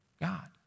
God